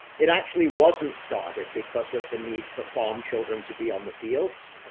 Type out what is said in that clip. it actually wasn't started because of the need for farm children to be on the fields, ah